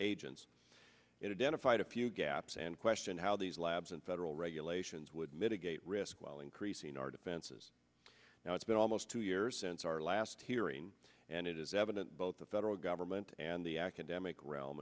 agents in a dental fight a few gaps and question how these labs and federal regulations would mitigate risk while increasing our defenses now it's been almost two years since our last hearing and it is evident both the federal government and the academic realm